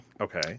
Okay